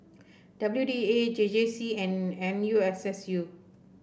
W D A J J C and N U S S U